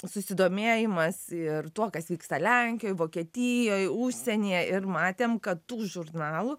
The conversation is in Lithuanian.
susidomėjimas ir tuo kas vyksta lenkijoj vokietijoj užsienyje ir matėm kad tų žurnalų